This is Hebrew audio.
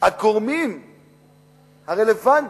שהגורמים הרלוונטיים,